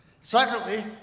Secondly